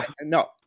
no